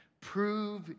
Prove